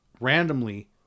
randomly